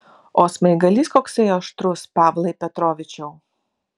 o smaigalys koksai aštrus pavlai petrovičiau